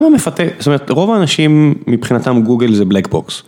זאת אומרת רוב האנשים מבחינתם גוגל זה black box.